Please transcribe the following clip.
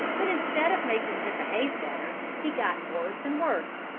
but instead of making him behave better he got worse and worse.